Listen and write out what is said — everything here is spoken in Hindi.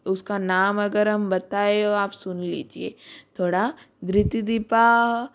उसका नाम अगर हम बताएं वो आप सुन लीजिए थोड़ा धृति दीपा